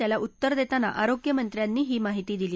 त्याला उत्तर दक्तिना आरोग्यमंत्र्यांनी ही माहिती दिली